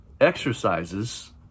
exercises